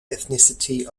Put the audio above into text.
ethnicity